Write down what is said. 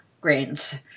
grains